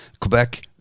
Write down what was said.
Quebec